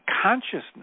consciousness